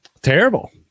Terrible